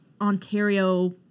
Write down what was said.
Ontario